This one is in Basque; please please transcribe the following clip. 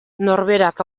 norberak